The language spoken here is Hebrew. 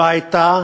לא הייתה